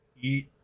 Eat